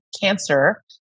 cancer